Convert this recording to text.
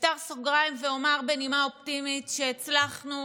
אפתח סוגריים ואומר בנימה אופטימית שהצלחנו